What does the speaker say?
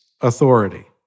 authority